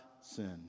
sin